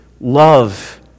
love